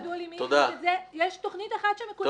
יכול להציע לחברת מועצת העיר תל-אביב,